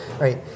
Right